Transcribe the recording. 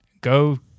Go